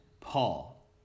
Paul